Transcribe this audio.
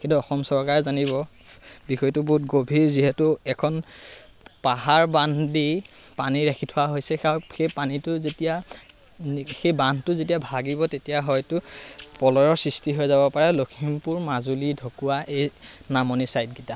সেইটো অসম চৰকাৰে জানিব বিষয়টো বহুত গভীৰ যিহেতু এখন পাহাৰ বান্ধ দি পানী ৰাখি থোৱা হৈছে আৰু সেই পানীটো যেতিয়া সেই বান্ধটো যেতিয়া ভাগিব তেতিয়া হয়তো প্ৰলয়ৰ সৃষ্টি হৈ যাব পাৰে লখিমপুৰ মাজুলী ঢকুৱা এই নামনি ছাইডকেইটা